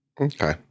Okay